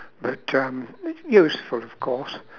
but um useful of course